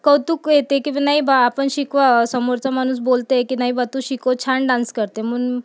कौतुक येते की वि नाही बा आपण शिकवा समोरचा माणूस बोलतेय की नाही बा तू शिकव छान डान्स करते म्हण